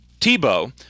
Tebow